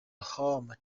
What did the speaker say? home